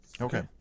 okay